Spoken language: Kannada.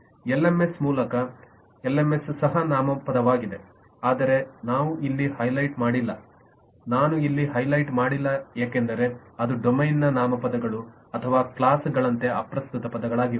ಎಲ್ಎಂಎಸ್ ಮೂಲಕ ಎಲ್ಎಂಎಸ್ ಸಹ ನಾಮಪದವಾಗಿದೆ ಆದರೆ ನಾವು ಇಲ್ಲಿ ಹೈಲೈಟ್ ಮಾಡಿಲ್ಲ ನಾನು ಇಲ್ಲಿ ಹೈಲೈಟ್ ಮಾಡಿಲ್ಲ ಏಕೆಂದರೆ ಇದು ಡೊಮೇನ್ನ ನಾಮಪದಗಳು ಅಥವಾ ಕ್ಲಾಸ್ ಗಳಂತೆ ಅಪ್ರಸ್ತುತ ಪದವಾಗಿದೆ